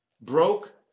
broke